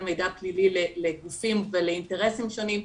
מידע פלילי לגופים ולאינטרסים שונים,